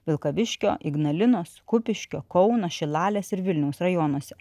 vilkaviškio ignalinos kupiškio kauno šilalės ir vilniaus rajonuose